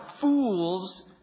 fools